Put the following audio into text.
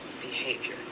behavior